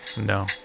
No